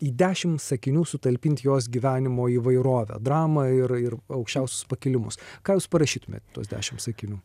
į dešimt sakinių sutalpinti jos gyvenimo įvairovę dramą ir ir aukščiausius pakilimus ką jūs parašytumėt į tuos dešimt sakinių